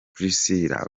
priscillah